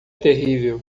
terrível